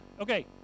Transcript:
Okay